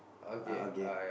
ah okay